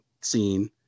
scene